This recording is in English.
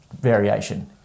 variation